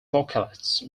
vocalists